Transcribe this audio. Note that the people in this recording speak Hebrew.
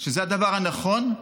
שזה הדבר הנכון,